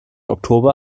oktober